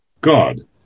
God